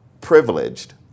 privileged